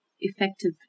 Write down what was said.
effective